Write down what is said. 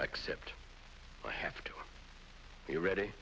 except i have to be ready